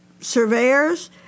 surveyors